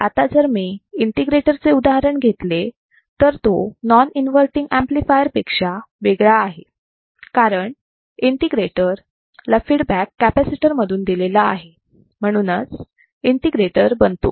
आता जर मी इंटिग्रेटर चे उदाहरण घेतले तर तो नॉन इन्वर्तींग ऍम्प्लिफायर पेक्षा वेगळा आहे कारण इंटिग्रेटर ला फीडबॅक कॅपॅसिटर मधून दिलेला आहे म्हणून हा इंटिग्रेटर बनतो